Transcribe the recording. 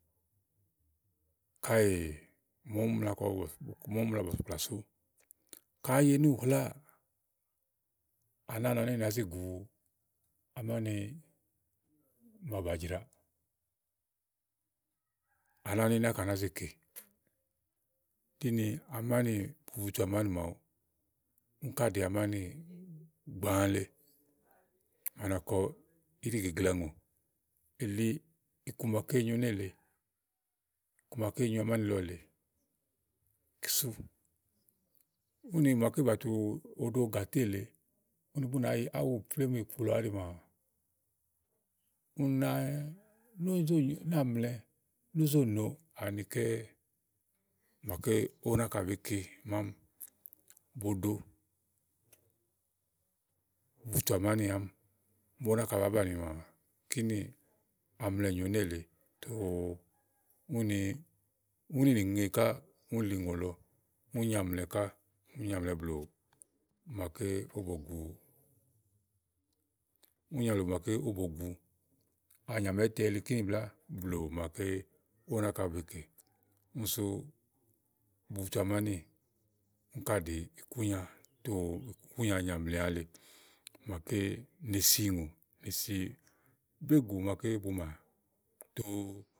Káèè màa úni mla kɔ bɔ̀sìkplà, màa úni mla bɔ̀sìkplà sú. Káèè ye núùhláa, à nàáa nɔ ni é nàáá zi gùu amáni màa bàa jraà, à nàáa ni éyi náka nàáa ze kè, kínì amáni bubutu àmánì màawu, úni ká ɖìi amánì gbàale, màa na kɔ íɖìgeglea ùŋò. èli iku maké nyo nélèe, iku màaké nyo amáni lɔ lèe, kíni sú. úni màaké bàa tu oɖo gàté lèe úni bú nàá yì áwu plémú yì kplɔɔà áɖi màa, úni ná ú nó zò li náàmlɛ nó zò no anikɛ́ màaké ówo náka bèé ke mámiì bòo ɖo. Bubutu àmánì àámi àam bòo ówo náka bàá banìi maa kínì amlɛ nyòo nélèe tòo úni, úni nìŋeŋe ká únì lìí ùŋò lɔ úni nyààmlɛ ká úni nyaàmlɛ blù màaké ówó bòo gu úni nyaàmlɛ blù màaké ówò bòo gu anyàmà ítɛ li kínì blàá blù màaké ówo náka be kè úni sú butu àmánì úni ká ɖìi ikúnya tóo, ikúnya nyaàmlɛa le màaké ne si ùŋò, ne sì bègù màaké bu mà tòo.